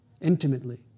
intimately